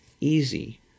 easy